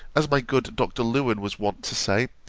as my good dr. lewen was wont to say,